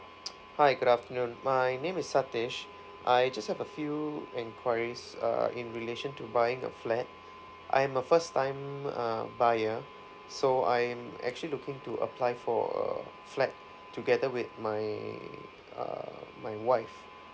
hi good afternoon my name is satesh I just have a few enquiries err in relation to buying a flat I am a first time um buyer so I am actually looking to apply for a flat together with my err my wife